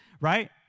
right